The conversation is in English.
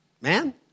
man